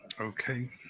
Okay